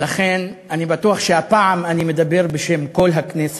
ולכן אני בטוח שהפעם אני מדבר בשם כל הכנסת,